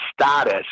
status